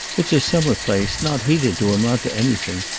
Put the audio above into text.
it's a summer place, not heated to amount to anything,